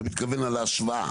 אתה מתכוון על ההשוואה,